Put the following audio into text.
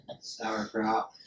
Sauerkraut